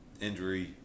Injury